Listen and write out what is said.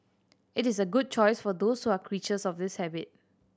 it is a good choice for those who are creatures of this habit